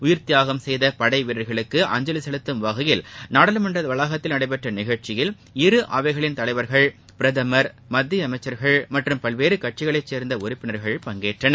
உயிர்த்தியாகம் செய்த படைவீரர்களுக்கு அஞ்சலி செலுத்தம் வகையில் நாடாளுமன்ற வளாகத்தில் நடைபெற்ற நிகழ்ச்சியில் இருஅவைகளின் தலைவர்கள் பிரதமர் மத்திய அமச்சர்கள் மற்றும் பல்வேறு கட்சிகளை சேர்ந்த உறுப்பினர்கள் பங்கேற்றனர்